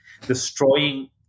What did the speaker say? destroying